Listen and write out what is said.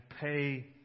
pay